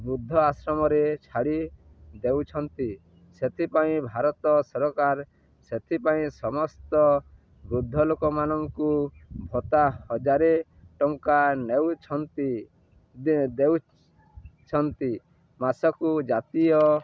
ବୃଦ୍ଧ ଆଶ୍ରମରେ ଛାଡ଼ି ଦେଉଛନ୍ତି ସେଥିପାଇଁ ଭାରତ ସରକାର ସେଥିପାଇଁ ସମସ୍ତ ବୃଦ୍ଧ ଲୋକମାନଙ୍କୁ ଭତ୍ତା ହଜାର ଟଙ୍କା ନେଉଛନ୍ତି ଦେ ଦେଉଛନ୍ତି ମାସକୁ ଜାତୀୟ